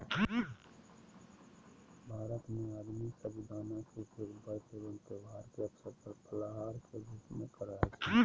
भारत में आदमी साबूदाना के उपयोग व्रत एवं त्यौहार के अवसर पर फलाहार के रूप में करो हखिन